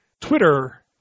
Twitter